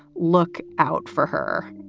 look out for her.